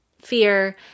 fear